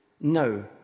No